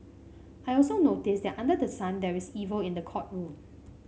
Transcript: I also noticed that under the sun there is evil in the courtroom